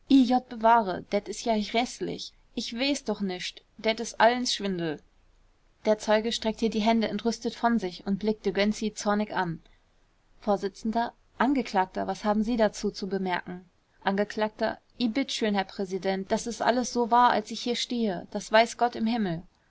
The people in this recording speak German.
bewahre det is ja jräßlich ich weeß doch nischt det is allens schwindel der zeuge streckte die hände entrüstet von sich und blickte gönczi zornig an vors angeklagter was haben sie dazu zu bemerken angekl i bitt schön herr präsident das is alles so wahr als ich hier stehe das weiß gott im himmel